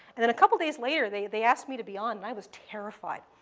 and then a couple days later, they they asked me to be on, and i was terrified.